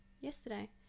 yesterday